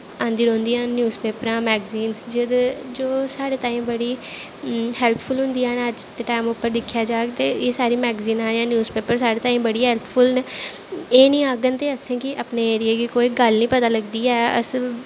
आंदी रौंदियां न न्यूज़ पेपरां मैगजीन्स जेह्दे जो साढ़े ताहीं बड़ी हेल्पफुल होंदियां न अज्ज दे टाइम उप्पर दिक्खेआ जाह्ग ते एह् सारी मैगजीनां जां न्यूज़ पेपर साढ़े ताहीं बड़ी हेल्पफुल न एह् निं होङन ते असें गी अपने एरिये दी कोई गल्ल ई पता लगदी ऐ अस